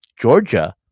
Georgia